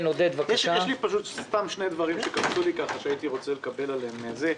יש שני דברים שקפצו לי ואני רוצה לקבל עליהם תשובה.